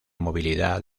movilidad